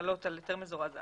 שחלות על היתר מזורז א'.